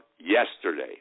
yesterday